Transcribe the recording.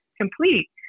complete